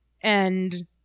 and-